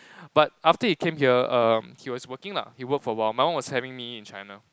but after he came here erm he was working lah he worked for awhile my mum was having me in China